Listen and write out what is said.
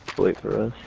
labor